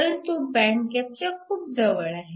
परंतु बँड गॅपच्या खूप जवळ आहे